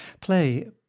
play